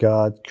God